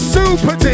Super